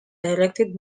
directed